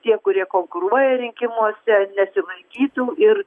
tie kurie konkuruoja rinkimuose nesilaikytų ir